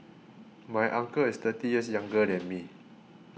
my uncle is thirty years younger than me